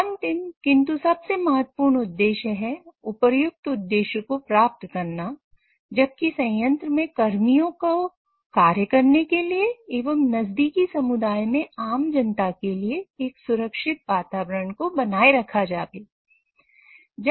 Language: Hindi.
अंतिम किंतु सबसे महत्वपूर्ण उद्देश्य है उपर्युक्त उद्देश्य को प्राप्त करना जबकि संयंत्र में कर्मियों को कार्य करने के लिए एवं नजदीकी समुदाय में आम जनता के लिए एक सुरक्षित वातावरण को बनाए रखा जावे